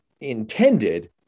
intended